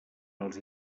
els